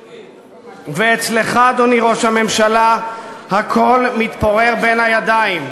ואצלך, אדוני ראש הממשלה, הכול מתפורר בין הידיים.